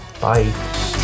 Bye